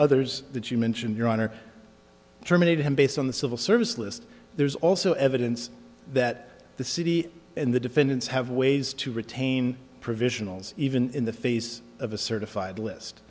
others that you mentioned your honor terminated him based on the civil service list there's also evidence that the city and the defendants have ways to retain provisionals even in the face of a certified list